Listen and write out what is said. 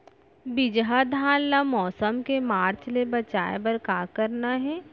बिजहा धान ला मौसम के मार्च ले बचाए बर का करना है?